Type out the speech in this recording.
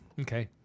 Okay